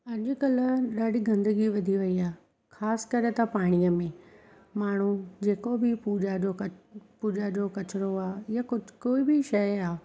अॼुकल्ह ॾाढी गंदगी वधी वई आहे ख़ासि करे त पाणीअ में माण्हू जेको बि पूजा जो क पूजा जो किचिरो आहे या कुझु कोई बि शइ आहे